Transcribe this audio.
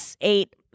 eight